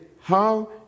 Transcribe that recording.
How